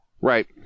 Right